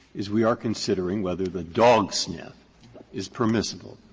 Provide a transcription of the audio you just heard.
is we are considering whether the dog sniff is permissible,